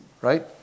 Right